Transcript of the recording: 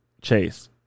Chase